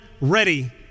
ready